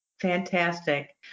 Fantastic